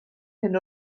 hyn